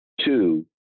Two